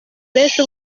benshi